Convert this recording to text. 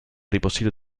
ripostiglio